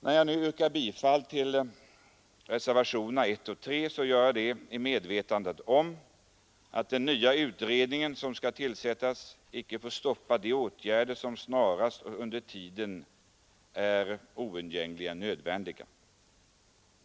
När jag nu yrkar bifall till reservationerna 1 och 3 gör jag det i medvetandet om att den nya utredning som skall tillsättas icke får stoppa de åtgärder som det är oundgängligen nödvändigt att snarast vidta.